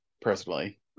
personally